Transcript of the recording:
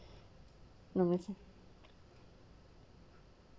let me think